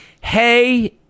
hey